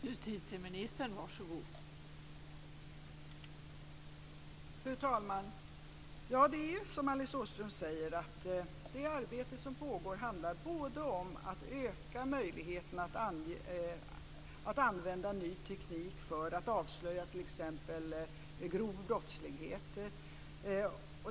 Fru talman! Det är som Alice Åström säger, att det arbete som pågår handlar om att öka möjligheterna att använda ny teknik för att avslöja t.ex. grov brottslighet.